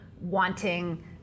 wanting